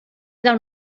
del